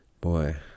boy